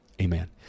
amen